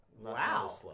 Wow